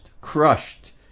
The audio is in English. crushed